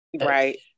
right